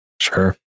Sure